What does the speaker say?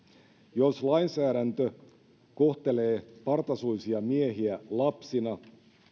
jos lainsäädäntö kohtelee partasuisia miehiä lapsina